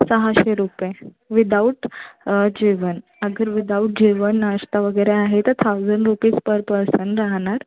सहाशे रुपये विदाउट जेवण अगर विदाउट जेवण नाश्ता वगैरे आहे तर थाउजंड रुपीज पर पर्सन राहणार